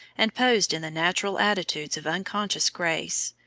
and posed in the natural attitudes of unconscious grace,